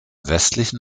westlichen